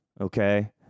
Okay